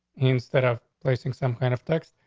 instead of placing some kind of tax,